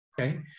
okay